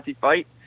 fight